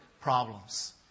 problems